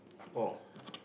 oh